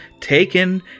taken